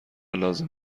لازم